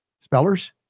Spellers